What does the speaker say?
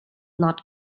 not